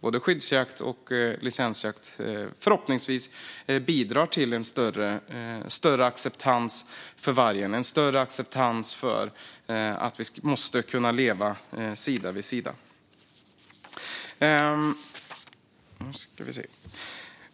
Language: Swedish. både skyddsjakt och licensjakt förhoppningsvis bidrar till en större acceptans för vargen, det vill säga en större acceptans för att vi måste leva sida vid sida.